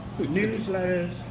newsletters